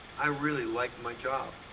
i really like my job!